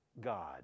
God